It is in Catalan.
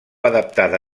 adaptada